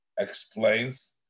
explains